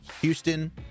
Houston